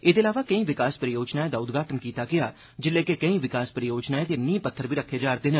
एड्दे अलावा केईं विकास परियोजनाएं दा उद्घाटन कीता गेआ ऐ जिल्ले के केई विकास परियोजनाएं दे नींह् पत्थर बी रक्खे जा'रदे न